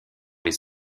les